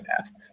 asked